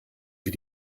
wie